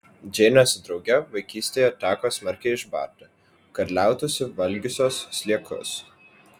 džeinę su drauge vaikystėje teko smarkiai išbarti kad liautųsi valgiusios sliekus